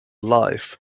life